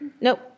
Nope